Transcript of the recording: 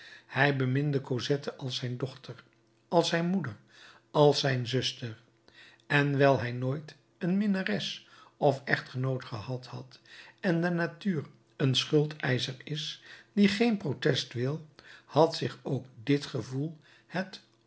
hij beminde cosette als zijn dochter als zijn moeder als zijn zuster en wijl hij nooit een minnares of echtgenoot gehad had en de natuur een schuldeischer is die geen protest wil had zich ook dit gevoel het